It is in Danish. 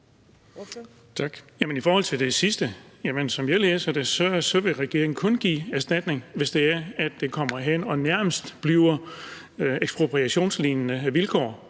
læser jeg det sådan, at regeringen kun vil give erstatning, hvis det nærmest bliver ekspropriationslignende vilkår.